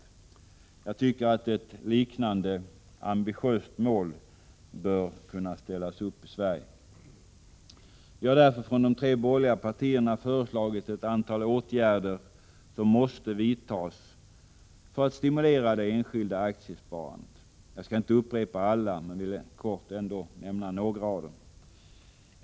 Jag tycker att ett liknande ambitiöst mål bör kunna ställas upp för Sverige. Vi har därför från de tre borgerliga partierna föreslagit ett antal åtgärder som måste vidtas för att stimulera det enskilda aktiesparandet. Jag skall inte upprepa alla men vill ändå kort nämna några av dem.